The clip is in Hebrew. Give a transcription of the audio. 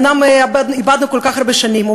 אומנם איבדנו כל כך הרבה שנים,